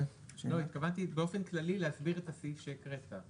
התכוונתי באופן כללי להסביר את הסעיף שהקראת,